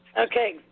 Okay